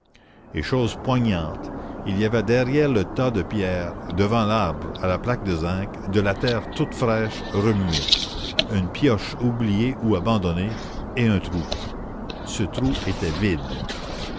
et chose poignante il y avait derrière le tas de pierres devant l'arbre à la plaque de zinc de la terre toute fraîche remuée une pioche oubliée ou abandonnée et un trou ce trou était vide